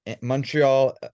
montreal